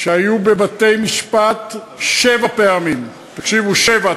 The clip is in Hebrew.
שהיו בבתי-משפט שבע פעמים, תקשיבו, שבע.